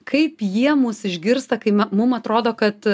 kaip jie mus išgirsta kai mum atrodo kad